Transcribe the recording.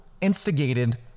instigated